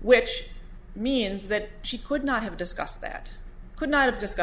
which means that she could not have discussed that could not have discussed